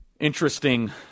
interesting